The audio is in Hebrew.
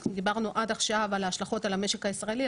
אנחנו דיברנו עד עכשיו על ההשלכות על המשק הישראלי,